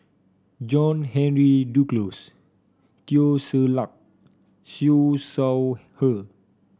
John Henry Duclos Teo Ser Luck Siew Shaw Her